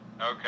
Okay